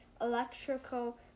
electrical